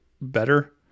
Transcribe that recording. better